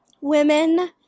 women